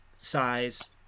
size